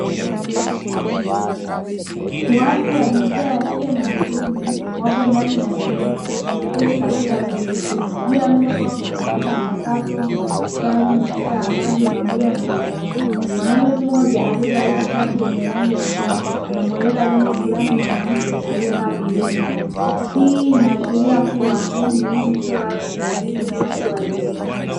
Watu wa jinsia ya kike na ya kiume wapo ndani ya chumba wameketi katika viti juu ya meza kuwa kuna kompyuta mpakato ,madaftari matupa ya maji pamoja na vitabu wanaume mmoja aliovalia shati yenye rangi ya blue anamweleza jambo fulani mwanamke aliyekaa pembeni yake, hii inaashiria kuwa hii ni elimu isiyo rasmi na elimu ya watu wazima.